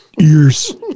ears